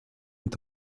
eta